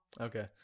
Okay